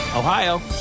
Ohio